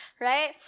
right